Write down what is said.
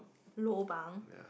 lobang